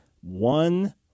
one